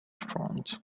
front